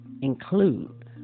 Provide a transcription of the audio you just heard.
include